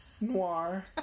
Noir